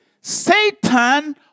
Satan